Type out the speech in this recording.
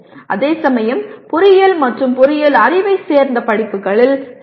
அதேசமயம் பொறியியல் மற்றும் பொறியியல் அறிவியலைச் சேர்ந்த படிப்புகளில் சி